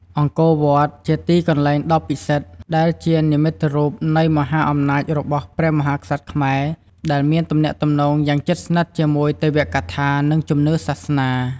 អង្គរវត្ត ជាទីកន្លែងដ៏ពិសិដ្ឋ និងជានិមិត្តរូបនៃមហាអំណាចរបស់ព្រះមហាក្សត្រខ្មែរ ដែលមានទំនាក់ទំនងយ៉ាងជិតស្និទ្ធជាមួយទេវកថា និងជំនឿសាសនា។